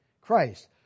christ